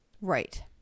Right